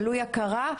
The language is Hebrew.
תלוי הכרה,